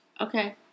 okay